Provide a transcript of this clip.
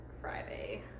Friday